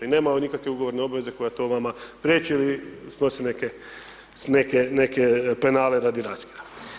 I nema nikakve ugovorne obveze koja to vama priječi ili snosi neke penale radi raskida.